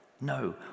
No